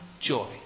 joy